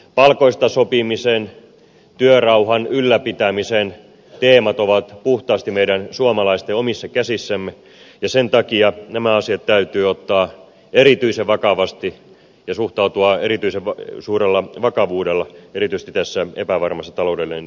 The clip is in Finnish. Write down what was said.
palkoista sopimisen työrauhan ylläpitämisen teemat ovat puhtaasti meidän suomalaisten omissa käsissä ja sen takia täytyy nämä asiat ottaa erityisen vakavasti ja suhtautua niihin erityisen suurella vakavuudella erityisesti tässä epävarmassa taloudellisessa tilanteessa